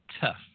tough